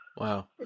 Wow